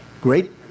great